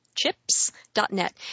Chips.net